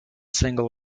single